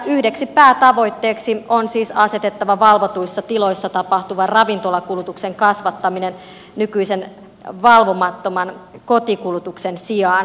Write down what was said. yhdeksi päätavoitteeksi on siis asetettava valvotuissa tiloissa tapahtuvan ravintolakulutuksen kasvattaminen nykyisen valvomattoman kotikulutuksen sijaan